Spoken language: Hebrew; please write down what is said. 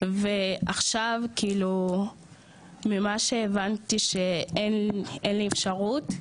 ועכשיו ממה שהבנתי שאין לי אפשרות,